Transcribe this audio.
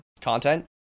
content